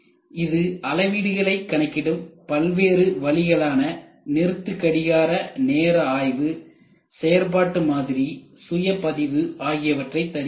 இது அளவீடுகளை கணக்கிடும் பல்வேறு வழிகளான நிறுத்து கடிகார நேர ஆய்வு செயற்பாட்டு மாதிரி சுய பதிவு ஆகியவற்றை தருகிறது